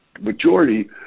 majority